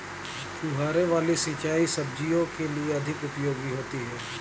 फुहारे वाली सिंचाई सब्जियों के लिए अधिक उपयोगी होती है?